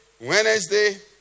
wednesday